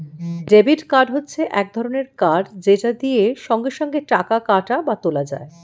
debit card হচ্ছে এক রকমের কার্ড যেটা দিয়ে সঙ্গে সঙ্গে টাকা কাটা বা তোলা যায়